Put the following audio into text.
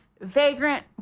vagrant